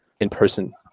in-person